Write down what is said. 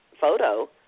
photo